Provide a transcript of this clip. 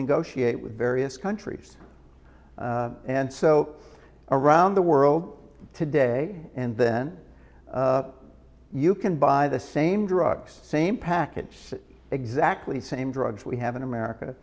negotiate with various countries and so around the world today and then you can buy the same drugs same package exactly same drugs we have in america